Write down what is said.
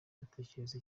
batekereza